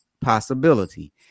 possibility